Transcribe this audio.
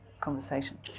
conversation